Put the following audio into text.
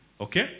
Okay